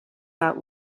out